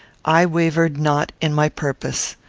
i wavered not in my purpose.